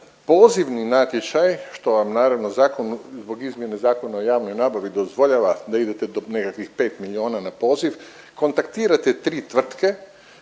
pozivni natječaj, što vam naravno Zakon o izmjeni Zakona o javnoj nabavi dozvoljava da idete do nekakvih 5 milijuna na poziv, kontaktirate 3 tvrtke